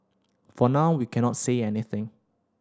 for now we cannot say anything